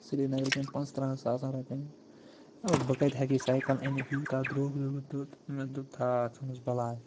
سرینگرٕکٮ۪ن پانٛژھ ترہَن ساسَن رۄپَیَن بہٕ کَتہِ ہیٚکہِ سایکَل أنِتھ یوٗتاہ درٛوٚگ مےٚ دوٚپ تھاو ژھٕنُس بَلاے